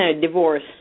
Divorce